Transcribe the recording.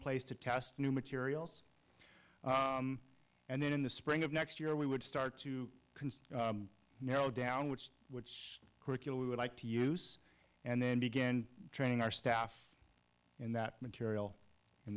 place to test new materials and then in the spring of next year we would start to consider narrow down which which curriculum we would like to use and then begin training our staff in that material in